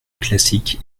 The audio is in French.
classique